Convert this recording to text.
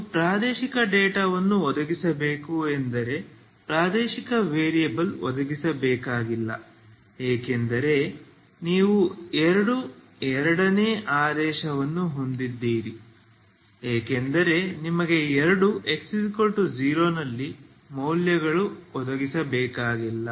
ನೀವು ಪ್ರಾದೇಶಿಕ ಡೇಟಾವನ್ನು ಒದಗಿಸಬೇಕು ಎಂದರೆ ಪ್ರಾದೇಶಿಕ ವೇರಿಯಬಲ್ ಒದಗಿಸಬೇಕಾಗಿಲ್ಲ ಏಕೆಂದರೆ ನೀವು ಎರಡು ಎರಡನೇ ಆದೇಶವನ್ನು ಹೊಂದಿದ್ದೀರಿ ಏಕೆಂದರೆ ನಿಮಗೆ ಎರಡು x0 ನಲ್ಲಿ ಮೌಲ್ಯಗಳು ಒದಗಿಸಬೇಕಾಗಿಲ್ಲ